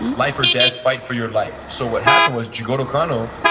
life or death, fight for your life. so what happened was jigoro kano,